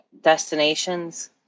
destinations